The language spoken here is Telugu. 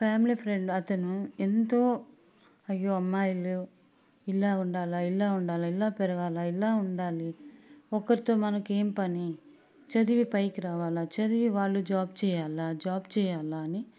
ఫ్యామిలీ ఫ్రెండ్ అతను ఎంతో అయ్యో అమ్మాయిలు ఇలా ఉండాలా ఇలా ఉండాలా ఇలా పెరగాలా ఇలా ఉండాలి ఒక్కరితో మనకి ఏం పని చదివి పైకి రావాలా చదివి వాళ్ళు జాబ్ చెయ్యల్లా జాబ్ చెయ్యలా అని